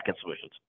Solutions